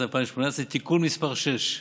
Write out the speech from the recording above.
התקציב לשנות התקציב 2017 ו-2018) (תיקון מס' 6),